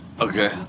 Okay